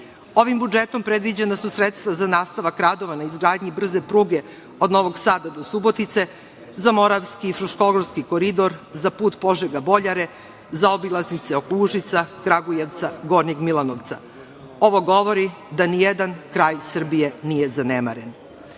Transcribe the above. Ovim budžetom predviđena su sredstva za nastavak radova na izgradnji brze pruge od Novog Sada do Subotice, za Moravski i Fruškogorski koridor, za put Požega-Boljare, za obilaznice oko Užica, Kragujevca, Gornjeg Milanovca. Ovo govori da nijedan kraj Srbije nije zanemaren. Sve